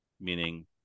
meaning